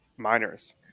Miners